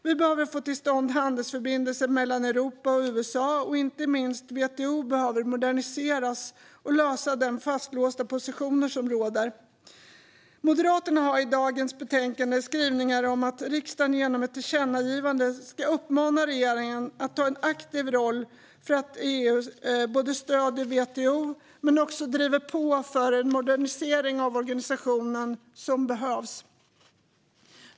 Vi behöver få till stånd handelsförbindelser mellan Europa och USA. Inte minst behöver WTO moderniseras, och man behöver lösa de fastlåsta positioner som råder. Moderaterna har i betänkandet skrivningar om att riksdagen genom ett tillkännagivande ska uppmana regeringen att ta en aktiv roll för att se till att EU både stöder WTO och driver på för den modernisering av organisationen som behövs.